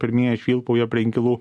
pirmieji švilpauja prie inkilų